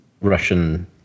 Russian